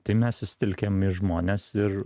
tai mes susitelkėm į žmones ir